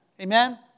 Amen